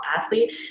athlete